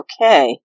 okay